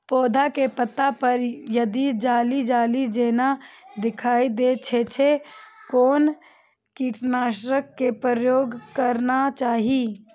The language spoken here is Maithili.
पोधा के पत्ता पर यदि जाली जाली जेना दिखाई दै छै छै कोन कीटनाशक के प्रयोग करना चाही?